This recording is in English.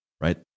right